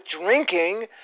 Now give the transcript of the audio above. drinking